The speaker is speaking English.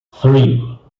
three